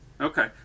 Okay